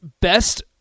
best